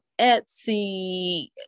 Etsy